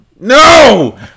No